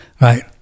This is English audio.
right